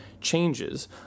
changes